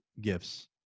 gifts